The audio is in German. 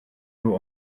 nur